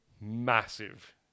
massive